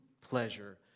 pleasure